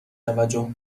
توجه